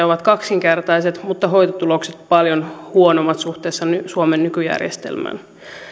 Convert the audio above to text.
ovat kaksinkertaiset mutta hoitotulokset paljon huonommat suhteessa suomen nykyjärjestelmään